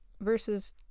versus